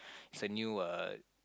is a new uh